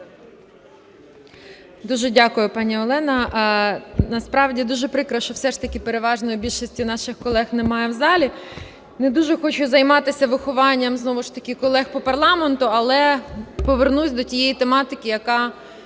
Дуже дякую, пані Олена. Насправді дуже прикро, що все ж таки переважної більшості наших колег немає в залі. Не дуже хочу займатися вихованням знову ж таки колег по парламенту, але повернусь до тієї тематики, яка